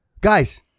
guys